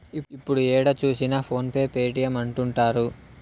ఇప్పుడు ఏడ చూసినా ఫోన్ పే పేటీఎం అంటుంటారు